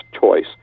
choice